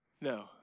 No